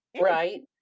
Right